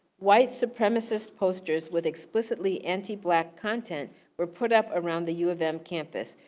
white supremacist posters with explicitly anti-black content were put up around the u of m campus.